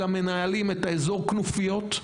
אלא מנהלים את האזור כנופיות.